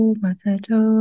masato